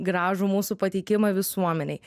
gražų mūsų pateikimą visuomenei